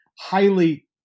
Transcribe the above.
highly